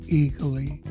eagerly